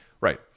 Right